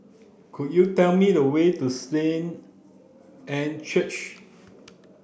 could you tell me the way to Anne's Church